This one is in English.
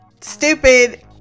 stupid